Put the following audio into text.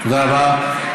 תודה רבה.